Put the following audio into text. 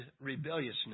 rebelliousness